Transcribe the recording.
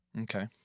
Okay